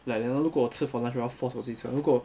like then 如果我吃 for lunch 我要 force 我自己吃如果